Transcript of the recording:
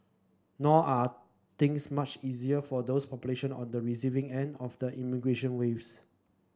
nor are things much easier for those population on the receiving end of the immigration waves